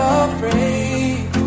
afraid